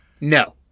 no